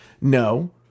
No